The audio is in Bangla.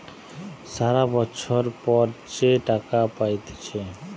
সারা বছর পর যে টাকা পাইতেছে